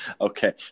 okay